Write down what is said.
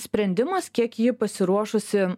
sprendimas kiek ji pasiruošusi